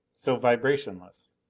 so vibrationless.